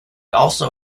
also